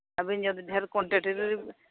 ᱟᱹᱵᱤᱱ ᱡᱩᱫᱤ ᱰᱷᱮᱨ ᱠᱚᱣᱟᱱᱴᱤᱴᱤ ᱦᱩᱸ